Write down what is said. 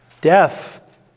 death